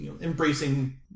embracing